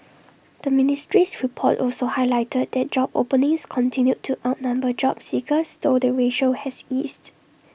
the ministry's report also highlighted that job openings continued to outnumber job seekers though the ratio has eased